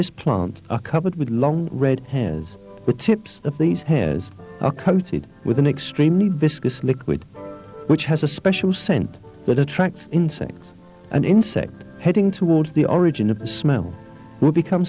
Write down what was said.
are covered with long red hair as the tips of these hairs are coated with an extremely viscous liquid which has a special scent that attracts insects and insects heading towards the origin of the smell will become